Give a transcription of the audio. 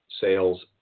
sales